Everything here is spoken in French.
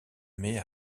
met